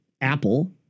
Apple